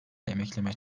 emekleme